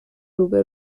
روبه